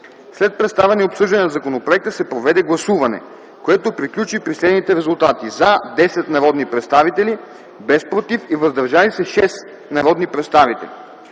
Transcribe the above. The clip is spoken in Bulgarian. След представяне и обсъждане на законопроекта се проведе гласуване, което приключи при следните резултати: „за” – 10 народни представители, без „против” и „въздържали се” – 6 народни представители.